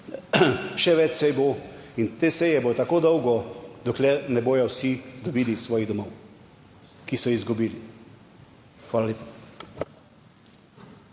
še več sej bo in te seje bodo tako dolgo, dokler ne bodo vsi dobili svojih domov, ki so izgubili. Hvala lepa.